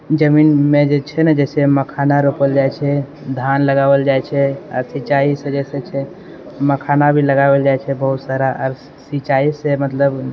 जमीनमे जे छै ने जैसे मखाना रोपल जाइ छै धान लगाबल जाइ छै अऽ सिंचाइसँ जे छै मखाना भी लगाबल जाइ छै बहुत सारा आब सिञ्चाइसँ मतलब